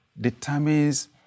determines